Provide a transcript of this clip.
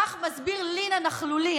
כך הסביר לין הנכלולי.